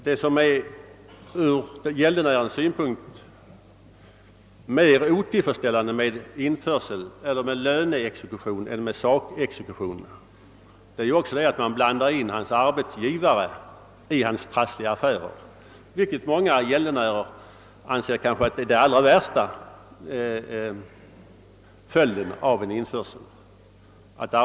Det som ur gäldenärens synpunkt gör en löneexekution mer obehaglig än en sakexekution är att man blandar in hans arbetsgivare i hans trassliga affärer, vilket många gäldenärer betraktar som den allra värsta följden av en införsel.